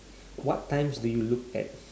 what times do you look at